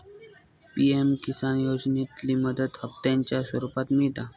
PM Kisan योजनेतली मदत हप्त्यांच्या स्वरुपात मिळता